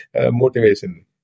motivation